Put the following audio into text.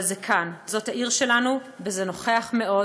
אבל זה כאן, זאת העיר שלנו, וזה נוכח מאוד.